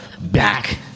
back